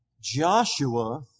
Joshua